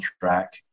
track